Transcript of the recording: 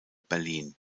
berlin